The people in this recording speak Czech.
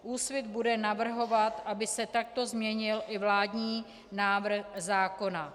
Úsvit bude navrhovat, aby se takto změnil i vládní návrh zákona.